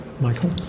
Michael